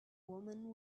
woman